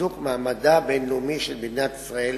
וחיזוק מעמדה הבין-לאומי של מדינת ישראל